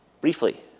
briefly